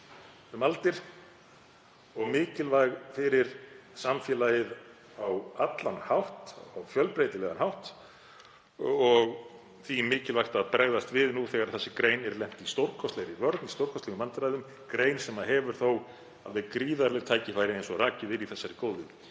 um aldir og er mikilvæg fyrir samfélagið á allan hátt, á fjölbreytilegan hátt. Því er mikilvægt að bregðast við nú þegar þessi grein er lent í stórkostlegri vörn, stórkostlegum vandræðum, grein sem hefur þó gríðarleg tækifæri, eins og rakið er í þessari góðu